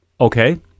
Okay